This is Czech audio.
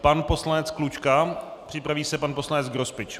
Pan poslanec Klučka, připraví se pan poslanec Grospič.